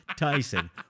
Tyson